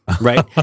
right